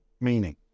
meaning